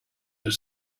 have